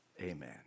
amen